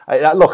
look